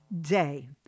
day